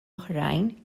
oħrajn